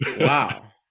Wow